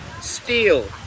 steal